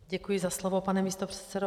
Děkuji za slovo, pane místopředsedo.